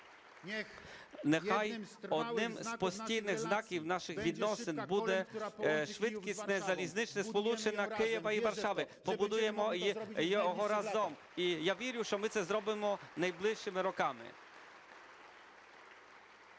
Нехай одним з постійних знаків наших відносин буде швидкісне залізничне сполучення Києва і Варшави. Побудуємо його разом. І я вірю, що ми це зробимо найближчими роками.